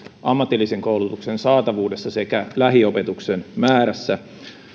ammatillisen koulutuksen saatavuudessa sekä lähiopetuksen määrässä